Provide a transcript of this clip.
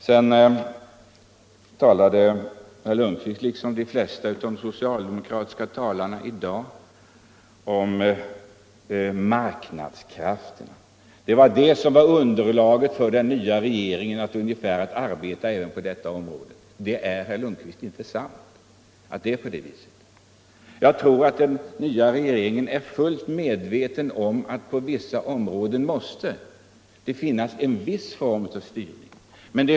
Sedan talade herr Lundkvist, liksom de flesta av de socialdemokratiska talarna i dag, om marknadskrafterna, och han sade att det var det ungefärliga underlaget för den nya regeringen att arbeta efter på detta område. Det, herr Lundkvist, är inte sant. Jag tror att den nya regeringen är fullt medveten om att det på vissa områden måste finnas en viss form ÅAllmänpolitisk debatt Allmänpolitisk debatt av styrning.